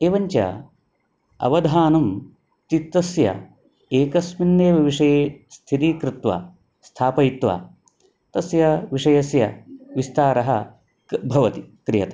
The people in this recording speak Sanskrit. एवञ्च अवधानं चित्तस्य एकस्मिन्नेव विषये स्थिरीकृत्वा स्थापयित्वा तस्य विषयस्य विस्तारः कः भवति क्रियते